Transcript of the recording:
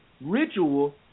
ritual